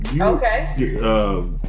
Okay